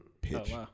pitch